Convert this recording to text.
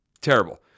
Terrible